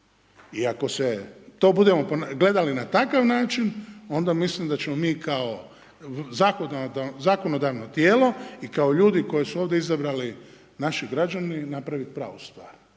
I ako to budemo gledali na takav način, onda mislim da ćemo mi kao zakonodavno tijelo i kao ljudi koje su ovdje izabrali naši građani, napraviti pravu stvar.